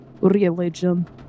religion